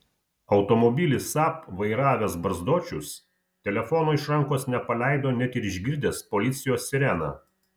automobilį saab vairavęs barzdočius telefono iš rankos nepaleido net ir išgirdęs policijos sireną